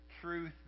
truth